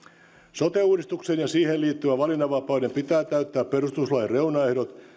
sote uudistuksen ja siihen liittyvän valinnanvapauden pitää täyttää perustuslain reunaehdot